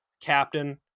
captain